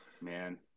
Man